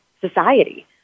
society